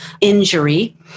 injury